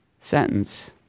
sentence